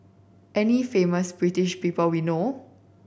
any famous British people we know